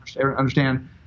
understand